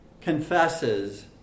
confesses